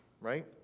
right